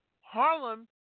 Harlem